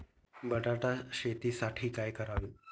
बटाटा शेतीसाठी काय करावे?